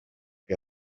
que